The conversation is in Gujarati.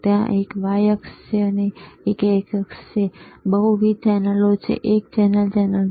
ત્યાં એક x અક્ષ છે ત્યાં એક y અક્ષ છે અને પછી બહુવિધ ચેનલો છે એક ચેનલ ચેનલ 2